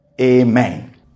Amen